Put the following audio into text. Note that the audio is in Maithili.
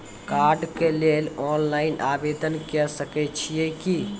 कार्डक लेल ऑनलाइन आवेदन के सकै छियै की?